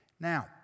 Now